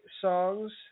songs